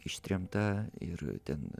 ištremta ir ten